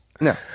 No